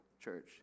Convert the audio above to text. church